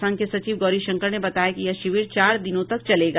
संघ के सचिव गौरी शंकर ने बताया कि यह शिविर चार दिनों तक चलेगा